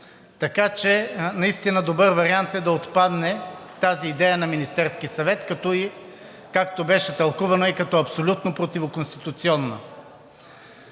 така че наистина добър вариант е да отпадне тази идея на Министерския съвет, както беше тълкувана и като абсолютно противоконституционна.